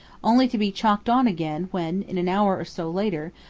only to be chalked on again when in an hour or so later,